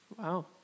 Wow